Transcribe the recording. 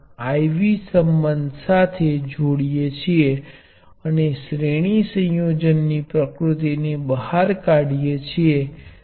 તેથી સ્પષ્ટ રીતે અસરકારક ઇન્ડકટન્સ નો પારસ્પરિક લાભ L પર 1L1 1L2